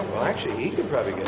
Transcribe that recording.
well actually he could probably get